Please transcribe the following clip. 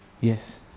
yes